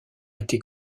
été